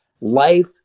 life